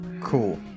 Cool